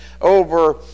over